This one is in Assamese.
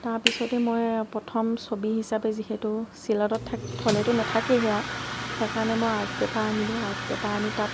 তাৰপিছতে মই প্ৰথম ছবি হিচাপে যিহেতু চিলেটত থ'লেটো নাথাকেই সেইয়া সেইকাৰণেই মই আৰ্ট পেপাৰ আনিলোঁ আৰ্ট পেপাৰ আনি তাত